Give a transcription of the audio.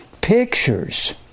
pictures